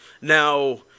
Now